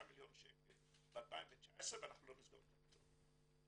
מיליון שקל ב-2019 ואנחנו לא נסגור את העיתון,